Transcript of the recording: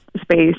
space